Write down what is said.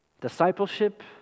Discipleship